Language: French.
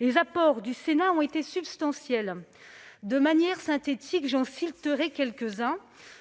Les apports du Sénat ont été substantiels. De manière synthétique, j'en citerai quelques-uns,